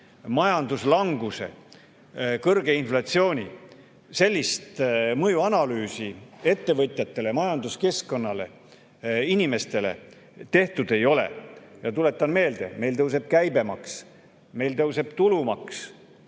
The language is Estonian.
majanduslanguse ja kõrge inflatsiooni kumuleeruv mõju ettevõtjatele, majanduskeskkonnale ja inimestele, tehtud ei ole. Tuletan meelde, et meil tõuseb käibemaks, meil tõuseb tulumaks,